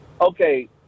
Okay